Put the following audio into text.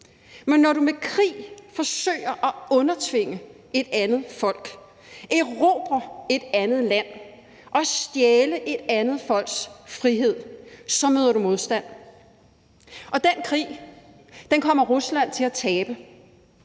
men når du med krig forsøger at undertvinge et andet folk, erobre et andet land og stjæle et andet folks frihed, så møder du modstand. Og den krig kommer Rusland til at tabe,